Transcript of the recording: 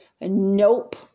Nope